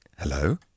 Hello